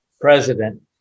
president